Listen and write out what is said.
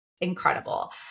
incredible